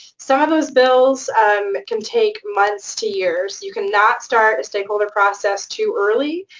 so those bills can take months to years. you cannot start a stakeholder process too early,